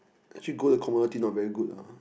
actually gold the commodity not very good ah